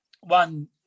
one